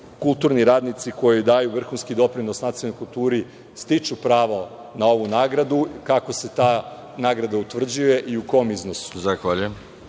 kulturni radnici koji daju vrhunski doprinos nacionalnoj kulturi stiču pravo na ovu nagradu, kako se ta nagrada utvrđuje i u kom iznosu.